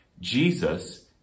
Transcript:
Jesus